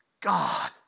God